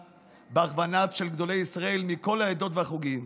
בהכוונה של גדולי ישראל מכל העדות והחוגים.